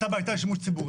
התב"ע הייתה לשימוש ציבורי.